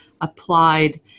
applied